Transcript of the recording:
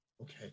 okay